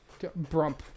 brump